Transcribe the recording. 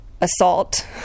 assault